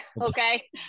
Okay